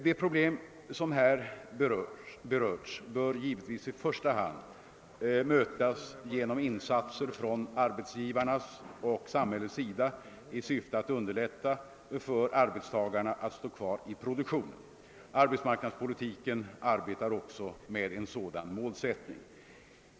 De problem som här berörts bör givetvis i första hand mötas genom insatser från arbetsgivarnas och samhällets sida i syfte att underlätta för arbetstagarna att stå kvar i produktionen. Arbetsmarknadspolitiken arbetar också med en sådan målsättning.